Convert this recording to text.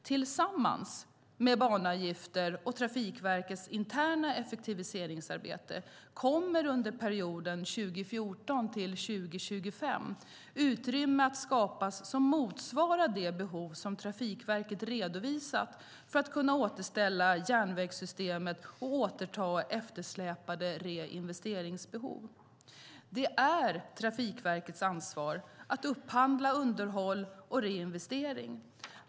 Tillsammans med banavgifter och Trafikverkets interna effektiviseringsarbete kommer under perioden 2014-2025 utrymme att skapas som motsvarar de behov som Trafikverket redovisat för att kunna återställa järnvägssystemet och återta eftersläpande reinvesteringsbehov. Det är Trafikverkets ansvar att upphandla underhåll och reinvestering.